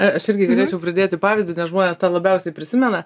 aš irgi galėčiau pridėti pavyzdį nes žmonės tą labiausiai prisimena